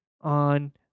on